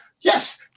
yes